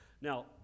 Now